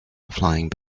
flying